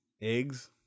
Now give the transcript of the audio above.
Eggs